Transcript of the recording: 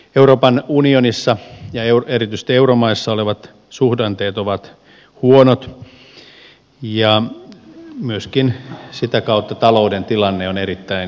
euroopan unionissa ja erityisesti euromaissa olevat suhdanteet ovat huonot ja myöskin sitä kautta talouden tilanne on erittäin kireä